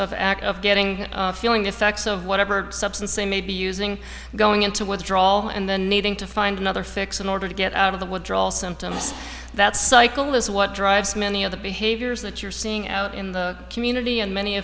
of act of getting feeling the effects of whatever substance a may be using going into withdrawal and then needing to find another fix in order to get out of the withdrawal symptoms that cycle is what drives many of the behaviors that you're seeing out in the community and many